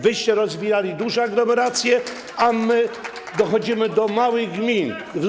Wyście rozwijali duże aglomeracje, a my dochodzimy do małych gmin.